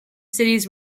cities